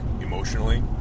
emotionally